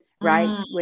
right